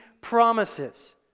promises